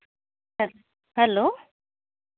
hello